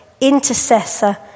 intercessor